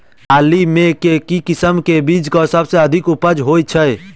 दालि मे केँ किसिम केँ बीज केँ सबसँ अधिक उपज होए छै?